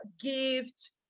Gift